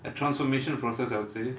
a transformation process I would say